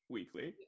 Weekly